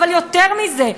אבל יותר מזה,